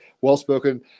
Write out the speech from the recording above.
well-spoken